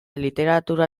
literatura